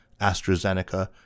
AstraZeneca